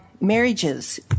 marriages